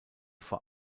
vor